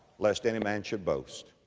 lest any man should boast.